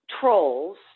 trolls